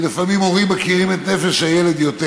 כי לפעמים הורים מכירים את נפש הילד יותר.